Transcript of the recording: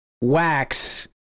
wax